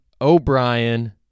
O'Brien